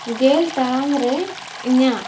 ᱜᱮᱞ ᱴᱟᱲᱟᱝᱨᱮ ᱤᱧᱟᱹᱜ